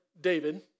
David